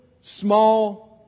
small